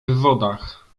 wywodach